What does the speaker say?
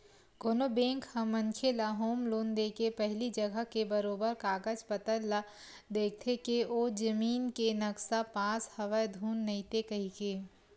कोनो बेंक ह मनखे ल होम लोन देके पहिली जघा के बरोबर कागज पतर ल देखथे के ओ जमीन के नक्सा पास हवय धुन नइते कहिके